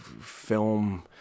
film